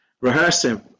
rehearsing